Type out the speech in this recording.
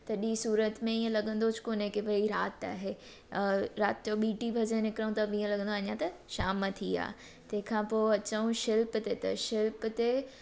तॾहिं सूरत में ईअं लॻंदोच कोने कि भई राति आहे अ राति यो ॿीं टीं बजे निकिरूं त बि ईअं लॻंदो आहे अञा त शाम थी आहे तंहिंखां पोइ अचूं शिल्प ते त शिल्प ते